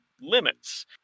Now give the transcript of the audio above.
limits